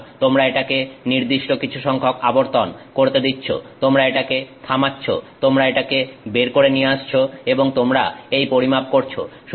সুতরাং তোমরা এটাকে নির্দিষ্ট কিছু সংখ্যক আবর্তন করতে দিচ্ছো তোমরা এটাকে থামাচ্ছো তোমরা এটাকে বের করে নিয়ে আসছো এবং তোমরা এই পরিমাপ করছো